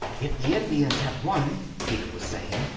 if the indians have won, peter was saying,